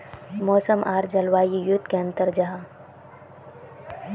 मौसम आर जलवायु युत की अंतर जाहा?